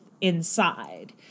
inside